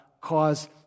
cause